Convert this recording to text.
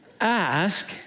Ask